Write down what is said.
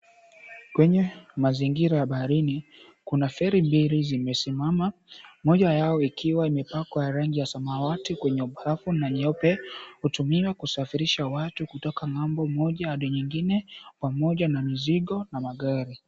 Kwenye mazingira ya baharini kuna feri mbili zimesimama, moja yao ikiwa imepakwa rangi ya samawati kwenye ubavu na nyeupe. Hutumiwa kusafirisha watu kutoka ng'ambo moja hadi nyingine pamoja na mizigo na magari.